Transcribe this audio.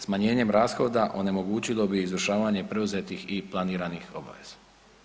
Smanjenjem rashoda onemogućilo bi izvršavanje preuzetih i planiranih obaveza.